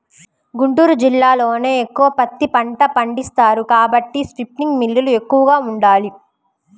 గుంటూరు జిల్లాలోనే ఎక్కువగా పత్తి పంట పండిస్తారు కాబట్టి స్పిన్నింగ్ మిల్లులు ఎక్కువగా ఉండాలి